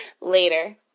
Later